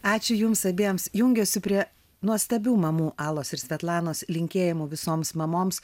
ačiū jums abiems jungiuosi prie nuostabių mamų alos ir svetlanos linkėjimų visoms mamoms